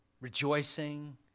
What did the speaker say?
rejoicing